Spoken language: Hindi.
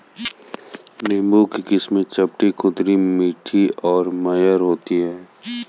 नींबू की किस्में चपटी, खुरदरी, मीठी और मेयर होती हैं